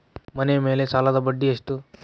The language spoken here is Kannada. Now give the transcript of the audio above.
ಮನೆ ಮೇಲೆ ಸಾಲದ ಬಡ್ಡಿ ಎಷ್ಟು?